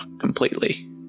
completely